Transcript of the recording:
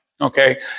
Okay